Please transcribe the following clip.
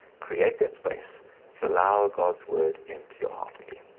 create that space to allow god's word into your heart again.